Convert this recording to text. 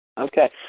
Okay